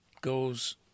goes